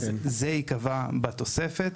אז זה ייקבע בתוספת.